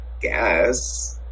guess